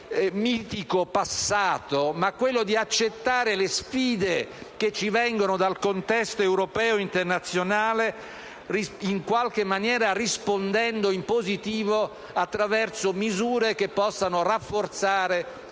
mitico passato, ma quella di accettare le sfide che vengono dal contesto europeo ed internazionale, rispondendo positivamente attraverso misure che possano rafforzare